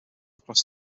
across